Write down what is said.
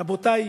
רבותי,